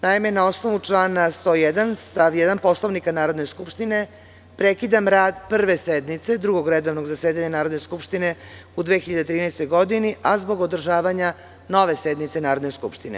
Naime, na osnovu člana 101. stav 1. Poslovnika Narodne skupštine, prekidam rad Prve sednice Drugog redovnog zasedanja Narodne skupštine u 2013. godini, a zbog održavanja nove sednice Narodne skupštine.